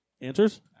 Answers